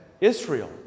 Israel